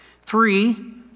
Three